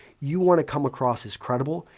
you want to come across as credible.